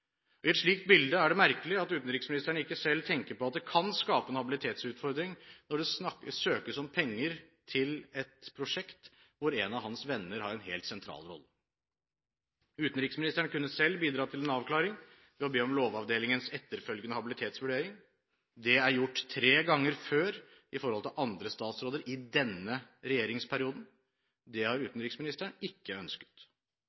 tvil. I et slikt bilde er det merkelig at utenriksministeren ikke selv tenker på at det kan skape en habilitetsutfordring når det søkes om penger til et prosjekt hvor en av hans venner har en helt sentral rolle. Utenriksministeren kunne selv bidratt til en avklaring ved å be om Lovavdelingens etterfølgende habilitetsvurdering. Det er gjort tre ganger før i forhold til andre statsråder i denne regjeringsperioden. Det har